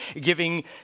giving